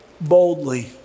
boldly